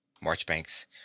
Marchbanks